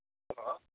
hello